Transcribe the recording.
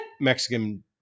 Mexican